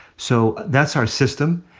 so that's our system.